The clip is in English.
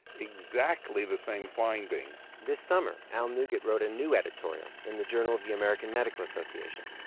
exactly the same finding this summer, al neugut wrote a new editorial in the journal of the american medical association